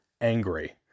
angry